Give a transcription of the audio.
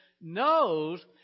knows